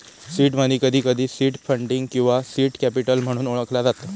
seed money, कधीकधी seed funding किंवा seed capital म्हणून ओळखला जाता